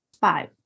five